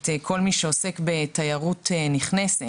נשמע על כל שרשרת הטיפול בנוסע,